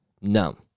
No